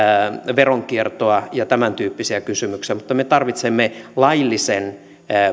veronkiertoa ja tämän tyyppisiä kysymyksiä mutta me tarvitsemme laillisen